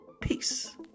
Peace